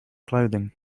clothing